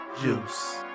juice